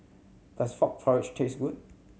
does frog porridge taste good